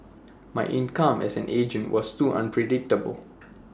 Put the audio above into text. my income as an agent was too unpredictable